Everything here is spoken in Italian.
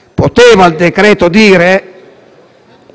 avrebbe potuto dire